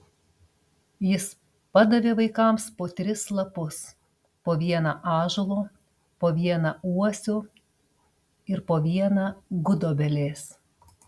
jis padavė vaikams po tris lapus po vieną ąžuolo po vieną uosio ir po vieną gudobelės